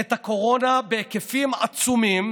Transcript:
את הקורונה בהיקפים עצומים